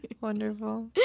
wonderful